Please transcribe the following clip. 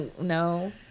no